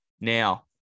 Now